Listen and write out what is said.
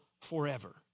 forever